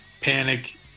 Panic